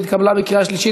התקבלה בקריאה שלישית,